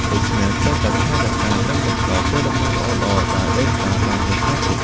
ដូច្នេះត្រូវតែចេះថែរក្សា និងបន្តកេរដំណែលល្អៗដែលដូនតាបានបន្សល់ទុក។